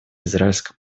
израильско